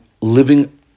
living